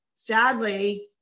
Sadly